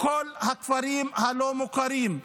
בכל הכפרים הלא-מוכרים,